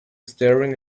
staring